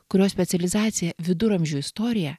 kurio specializacija viduramžių istorija